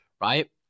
right